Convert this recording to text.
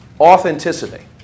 authenticity